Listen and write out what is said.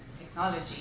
technology